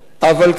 אבל כנראה,